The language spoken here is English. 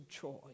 joy